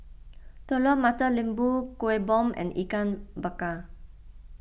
Telur Mata Lembu Kuih Bom and Ikan Bakar